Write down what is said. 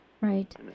right